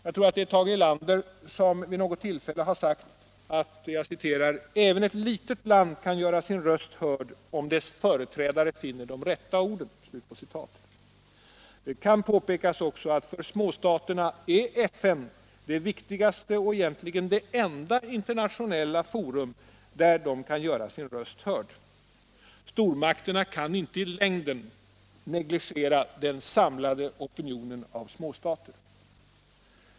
Jag tror att det är Tage Erlander som vid något tillfälle har sagt att ”även ett litet land kan göra sin röst hörd om dess företrädare finner de rätta orden”. Det bör påpekas att för småstaterna är FN det viktigaste och egentligen det enda internationella forum där de kan göra sin röst hörd. Stormakterna kan inte i längden negligera den samlade opinionen av småstater.